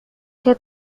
que